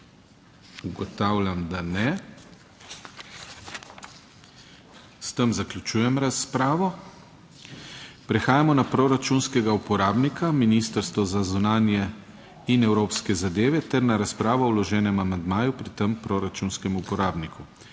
Ugotavljam, da ne. S tem zaključujem razpravo. Prehajamo na proračunskega uporabnika Ministrstvo za zunanje in evropske zadeve ter na razpravo o vloženem amandmaju pri tem proračunskem uporabniku.